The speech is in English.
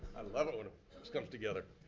i love it when this comes together.